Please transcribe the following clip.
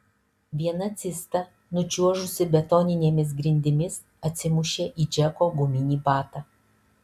viena cista nučiuožusi betoninėmis grindimis atsimušė į džeko guminį batą